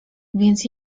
więc